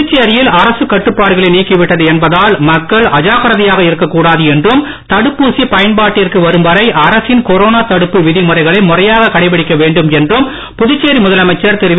புதுச்சேரியில் அரசு கட்டுப்பாடுகளை நீக்கிவிட்டது என்பதால் மக்கள் அஜாக்ரதையாக இருக்க கூடாது என்றும் தடுப்பூசி பயன்பாட்டிற்கு வரும் வரை அரசின் கொரோனா தடுப்பு விதிமுறைகளை முறையாக கடைபிடிக்க வேண்டும் என்றும் புதுச்சேரி முதலமைச்சர் திரு வி